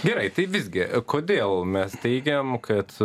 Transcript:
gerai tai visgi kodėl mes teigiam kad